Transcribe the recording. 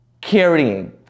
carrying